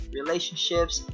relationships